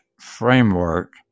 Framework